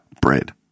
bread